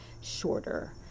shorter